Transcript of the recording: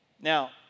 Now